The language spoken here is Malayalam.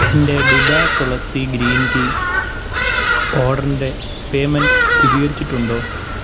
എന്റെ ഡിബ തുളസി ഗ്രീൻ ടീ ഓഡറിന്റെ പേയ്മെൻറ്റ് സ്ഥിരീകരിച്ചിട്ടുണ്ടോ